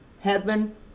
heaven